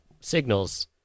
signals